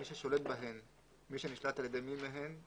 מי ששולט בהן או מי שנשלט על ידי מי מהן,